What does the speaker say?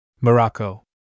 Morocco